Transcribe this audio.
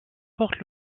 porte